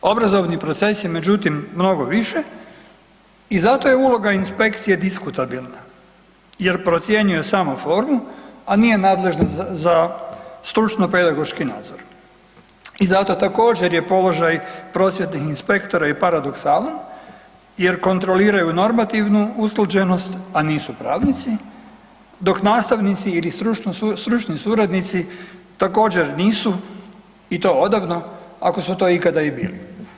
Obrazovni proces je, međutim, mnogo više i zato je uloga inspekcije diskutabilna jer procjenjuje samo formu, a nije nadležna za stručno-pedagoški razvoj i zato, također, je položaj prosvjetnih inspektora je paradoksalan jer kontroliraju normativnu usklađenost, a nisu pravnici, dok nastavnici ili stručni suradnici također, nisu, i to odavno, ako su to ikada i bili.